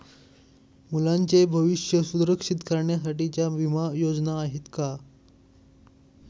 मुलांचे भविष्य सुरक्षित करण्यासाठीच्या विमा योजना आहेत का?